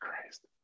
christ